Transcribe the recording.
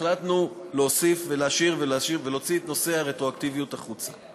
החלטנו להוסיף ולהשאיר ולהוציא את נושא הרטרואקטיביות החוצה.